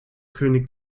könig